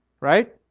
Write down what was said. right